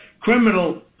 criminal